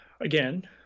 Again